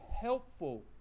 helpful